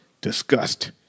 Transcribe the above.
disgust